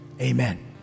Amen